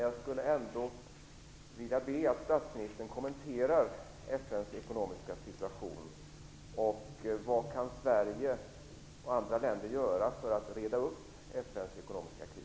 Jag skulle ändå vilja be statsministern att kommentera FN:s ekonomiska situation. Vad kan Sverige och andra länder göra för att reda upp FN:s ekonomiska kris?